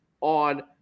on